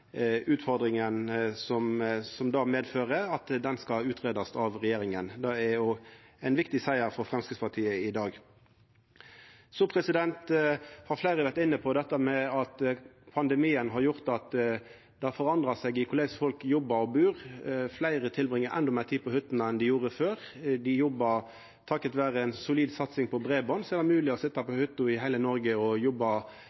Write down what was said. utfordringa som det medfører at dette skal utgreiast av regjeringa. Det er òg ein viktig siger for Framstegspartiet i dag. Fleire har vore inne på at pandemien har gjort at måten folk jobbar og bur på, har forandra seg. Fleire tilbringar endå meir tid på hyttene enn dei gjorde før. Takk vera ei solid satsing på breiband er det mogleg i heile Noreg å sitja på hytta og jobba,